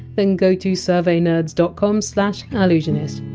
then go to surveynerds dot com slash ah allusionist.